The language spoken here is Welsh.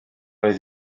oedd